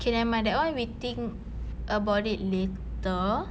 okay nevermind that one we think about it later